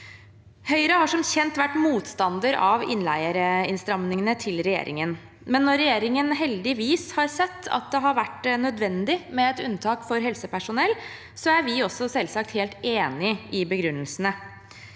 Høyre har som kjent vært motstander av innleieinnstrammingene til regjeringen, men når regjeringen heldigvis har sett at det har vært nødvendig med et unntak for helsepersonell, er vi også selvsagt helt enig i begrunnelsene.